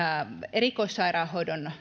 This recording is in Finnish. erikoissairaanhoidon